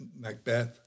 Macbeth